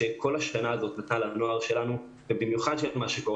הזאת שכל השנה הזאת נתנה לנוער שלנו ובמיוחד מה שקורה